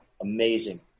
amazing